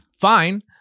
fine